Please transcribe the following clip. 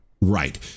Right